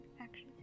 action